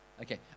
Okay